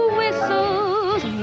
whistles